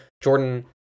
Jordan